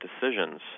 decisions